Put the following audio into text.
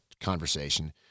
conversation